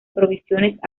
provisiones